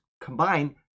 combine